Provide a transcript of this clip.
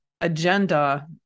agenda